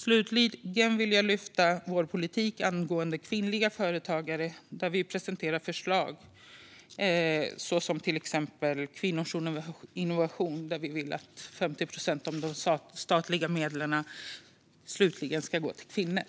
Slutligen vill jag lyfta fram vår politik angående kvinnliga företagare, där vi presenterat förslag om exempelvis kvinnors innovation. Vi vill att 50 procent av de statliga medlen slutligen ska gå till kvinnor.